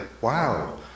wow